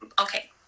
okay